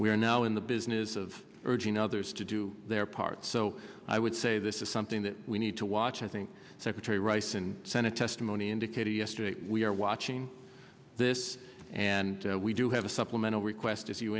are now in the business of urging others to do their part so i would say this is something that we need to watch i think secretary rice and senate testimony indicated yesterday we are watching this and we do have a supplemental request